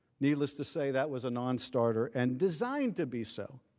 needless to say, that was a nonstarter and designed to be so.